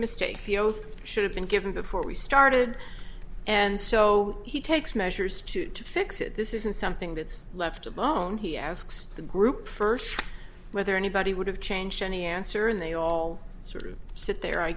oath should have been given before we started and so he takes measures to fix it this isn't something that's left alone he asks the group first whether anybody would have changed any answer and they all sort of sit there i